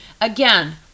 Again